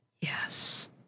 Yes